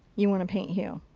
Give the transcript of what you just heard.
you want to paint hue.